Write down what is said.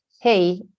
hey